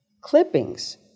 clippings